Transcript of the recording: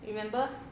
remember